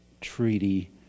treaty